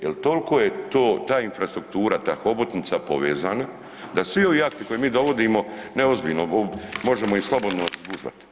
Jer toliko je to, ta infrastruktura, ta hobotnica povezana da svi ovi akti koje mi dovodimo, ne, ozbiljno, možemo ih slobodno zgužvati.